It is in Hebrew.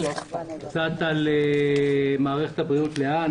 קצת על מערכת הבריאות לאן,